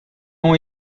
ont